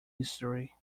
history